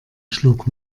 schlug